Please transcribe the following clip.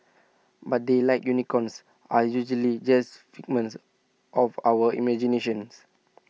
but they like unicorns are usually just figments of our imaginations